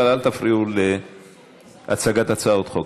אבל אל תפריעו להצגת הצעות חוק.